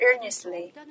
earnestly